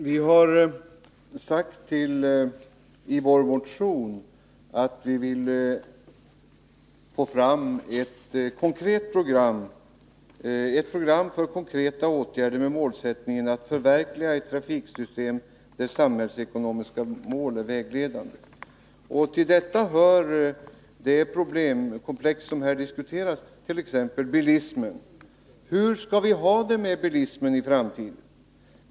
Herr talman! Vi har sagt i vår motion att vi vill få fram ett program för konkreta åtgärder med målsättningen att förverkliga ett trafiksystem där samhällsekonomiska mål är vägledande. Till detta hör det problemkomplex som här diskuteras, t.ex. bilismen. Hur skall vi ha det med bilismen i framtiden?